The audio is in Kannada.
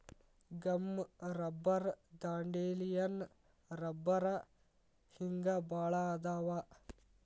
ಗಮ್ ರಬ್ಬರ್ ದಾಂಡೇಲಿಯನ್ ರಬ್ಬರ ಹಿಂಗ ಬಾಳ ಅದಾವ